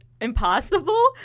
impossible